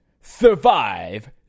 Survive